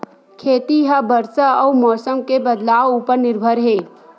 खेती हा बरसा अउ मौसम के बदलाव उपर निर्भर हे